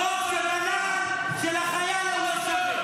את השרוך של הנעל של החייל הוא לא שווה.